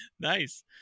Nice